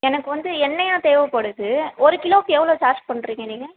எனக்கு வந்து எண்ணெயாக தேவைப்படுது ஒரு கிலோவுக்கு எவ்வளோ சார்ஜ் பண்ணுறீங்க நீங்கள்